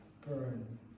burn